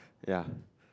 ya